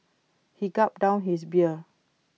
he gulped down his beer